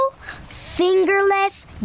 fingerless